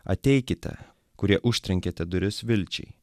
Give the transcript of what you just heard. ateikite kurie užtrenkėte duris vilčiai